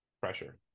pressure